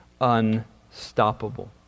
unstoppable